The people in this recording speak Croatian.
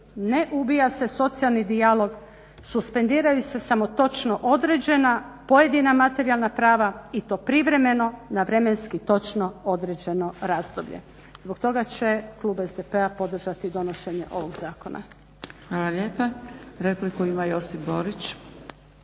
ne ubija se socijalni dijalog, suspendiraju se samo točna određena, pojedina materijalna prava i to privremeno na vremenski točno određeno razdoblje. Zbog toga će Klub SDP-a podržati donošenje ovog zakona. **Zgrebec, Dragica (SDP)** Hvala lijepa. Repliku ima Josip Borić.